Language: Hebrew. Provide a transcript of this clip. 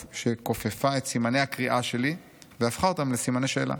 שכופפה את סימני הקריאה שלי והפכה אותם לסימני שאלה.